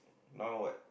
now what